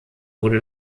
wurde